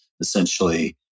essentially